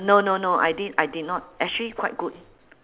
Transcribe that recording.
no no no I did I did not actually quite good